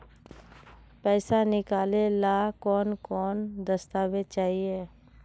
पैसा निकले ला कौन कौन दस्तावेज चाहिए?